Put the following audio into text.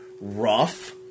rough